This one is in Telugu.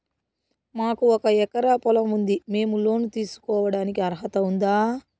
మాకు ఒక ఎకరా పొలం ఉంది మేము లోను తీసుకోడానికి అర్హత ఉందా